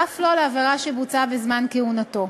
ואף לא לעבירה שבוצעה בזמן כהונתו.